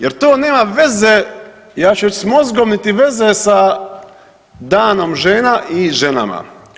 Jer to nema veze, ja ću reći s mozgom niti veze sa Danom žena i ženama.